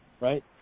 right